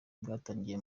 bwatangiye